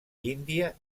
índia